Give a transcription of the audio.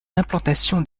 l’implantation